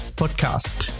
podcast